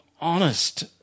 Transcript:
honest